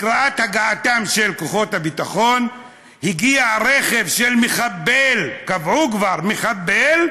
לקראת הגעתם של כוחות הביטחון הגיע רכב של מחבל קבעו כבר שהוא מחבל,